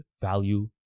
value